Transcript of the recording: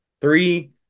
Three